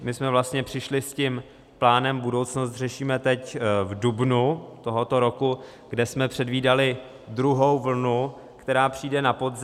My jsme vlastně přišli s plánem Budoucnost řešíme teď v dubnu tohoto roku, kde jsme předvídali druhou vlnu, která přijde na podzim.